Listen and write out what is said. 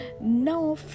no